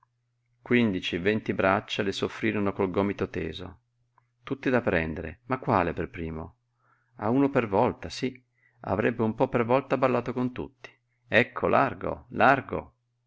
quindici venti braccia le s'offrirono col gomito teso tutti da prendere ma quale per primo a uno per volta sí avrebbe un po per volta ballato con tutti ecco largo largo